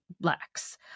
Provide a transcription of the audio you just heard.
blacks